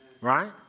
Right